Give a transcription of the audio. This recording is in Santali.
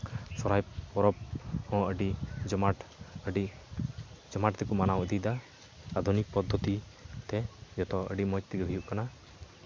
ᱥᱚᱨᱦᱟᱭ ᱯᱚᱨᱚᱵᱽ ᱦᱚᱸ ᱟᱹᱰᱤ ᱡᱚᱢᱟᱴ ᱟᱹᱰᱤ ᱡᱚᱢᱟᱴ ᱛᱮᱠᱚ ᱢᱟᱱᱟᱣ ᱤᱫᱤᱭᱫᱟ ᱟᱫᱚ ᱱᱤᱛ ᱯᱚᱫᱽᱫᱷᱚᱛᱤ ᱛᱮ ᱡᱚᱛᱚ ᱟᱹᱰᱤ ᱢᱚᱡᱽ ᱛᱮᱜᱮ ᱦᱩᱭᱩᱜ ᱠᱟᱱᱟ